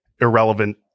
irrelevant